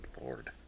Lord